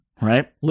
right